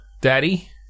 daddy